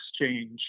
exchange